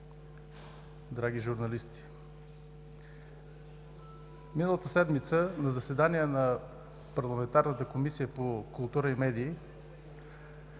драги журналисти! Миналата седмица на заседание на парламентарната Комисия по култура и медии